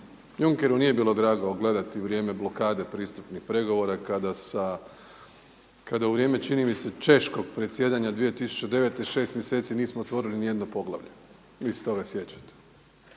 Junckeru nije bilo drago gledati vrijeme blokade pristupnih pregovora kada u vrijeme, čini mi se Češkog presjedanja 2009. šest mjeseci nismo otvorili nijedno poglavlje, vi se toga sjećate